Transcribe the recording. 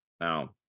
now